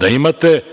da imate